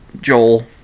Joel